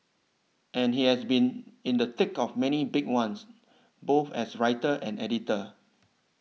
and he has been in the thick of many a big ones both as writer and editor